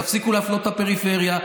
תפסיקו להפלות את הפריפריה.